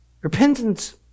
Repentance